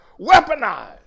Weaponize